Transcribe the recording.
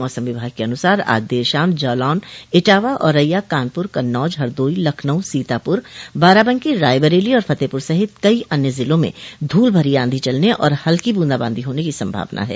मौसम विभाग के अनुसार आज देर शाम जालौन इटावा आरैया कानपुर कन्नौज हरदोई लखनऊ सीतापुर बाराबंकी रायबरेली और फतेहपुर सहित कई अन्य ज़िलों में धूल भरी आंधी चलने और हल्की बूंदा बांदी होने की संभावना है